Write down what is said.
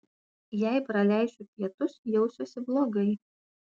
jei praleisiu pietus jausiuosi blogai